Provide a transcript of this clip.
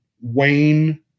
Wayne